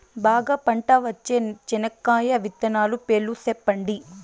బాగా పంట వచ్చే చెనక్కాయ విత్తనాలు పేర్లు సెప్పండి?